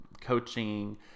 coaching